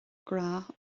grá